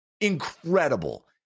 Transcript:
incredible